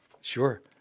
Sure